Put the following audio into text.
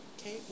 Okay